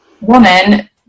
woman